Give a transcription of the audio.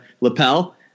lapel